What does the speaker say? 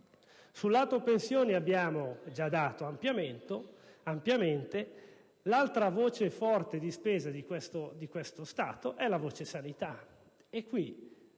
Sul lato pensioni abbiamo già dato ampiamente; l'altra voce forte di spesa di questo Stato è la voce sanità, e